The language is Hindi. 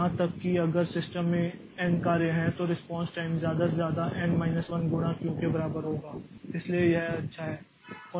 यहां तक कि अगर सिस्टम में एन कार्य हैं तो रेस्पॉन्स टाइम ज़्यादा से ज़्यादा एन माइनस 1 गुणा क्यू के बराबर होगा इसलिए यह अच्छा है